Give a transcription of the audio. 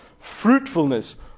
fruitfulness